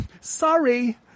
sorry